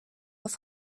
auf